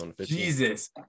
Jesus